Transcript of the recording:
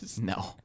No